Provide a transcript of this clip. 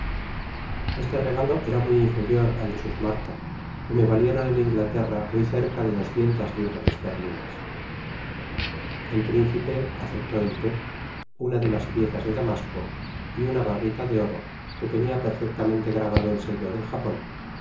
este regalo era muy inferior al de sus martas que me valieron en inglaterra muy cerca de doscientas libras esterlinas el principe aceptó el té una de las piezas de damasco y uba barrita de oro que tenia perfectamente grabado el sello del japon